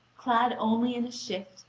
clad only in a shift,